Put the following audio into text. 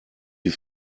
die